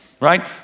Right